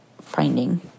finding